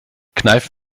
kneif